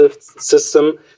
system